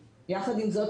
יחד עם זאת,